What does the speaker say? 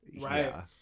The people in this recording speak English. Right